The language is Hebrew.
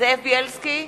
זאב בילסקי,